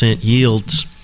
yields